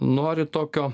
nori tokio